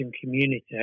community